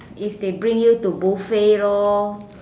if they bring you to buffet lor